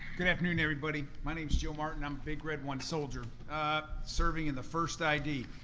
good afternoon, everybody. my name's joe martin, i'm big red one soldier serving in the first id.